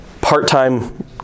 part-time